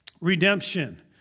Redemption